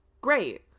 great